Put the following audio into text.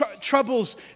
Troubles